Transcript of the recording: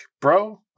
bro